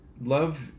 love